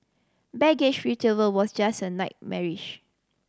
baggage retrieval was just a nightmarish